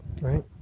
Right